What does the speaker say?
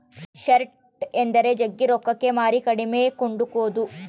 short ಎಂದರೆ ಜಗ್ಗಿ ರೊಕ್ಕಕ್ಕೆ ಮಾರಿ ಕಡಿಮೆಗೆ ಕೊಂಡುಕೊದು